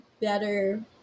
better